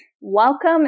Welcome